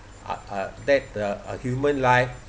uh uh that uh a human life